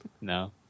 No